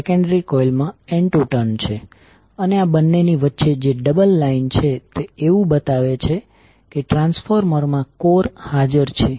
secondary coil માં N2 turn છે અને આ બંને ની વચ્ચે જે ડબલ લાઈન છે તે એવું બતાવે છે કે ટ્રાન્સફોર્મર માં કોર હાજર છે